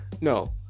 No